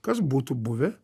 kas būtų buvę